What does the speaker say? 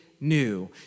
new